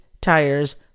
tires